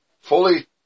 Fully